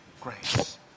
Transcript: grace